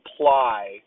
apply